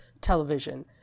television